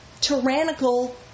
tyrannical